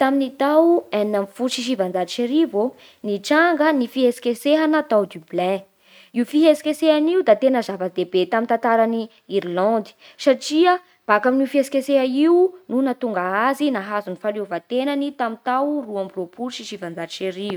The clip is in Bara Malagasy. Tamin'ny tao enina ambin'ny folo sy sivanjato sy arivo ô, nitranga ny fihetsiketsehana tao Dublin. Io fihetsiketsehana io da tena zava-dehibe tamin'ny tantaran'i Irlandy satria baka amin'ny fihetsiketseha io no nahatonga azy nahazo ny fahaleovan-tenany tamin'ny tao roa amby roapolo sy sivanjato sy arivo.